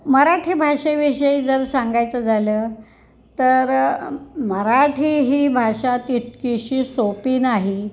मराठी भाषेविषयी जर सांगायचं झालं तर मराठी ही भाषा तितकीशी सोपी नाही